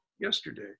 yesterday